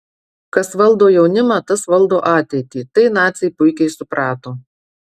kas valdo jaunimą tas valdo ateitį tai naciai puikiai suprato